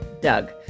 Doug